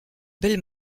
belle